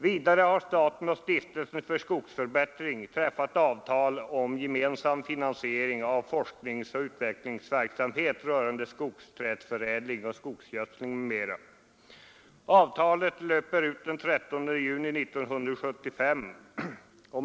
Vidare har staten och Stiftelsen Skogsförbättring träffat avtal om gemensam finansiering av forskningsoch utvecklingsverksamhet rörande sk ogsträdsförädling och skogsgödsling m.m. Avtalet löper ut den 30 juni 1975.